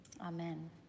Amen